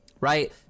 Right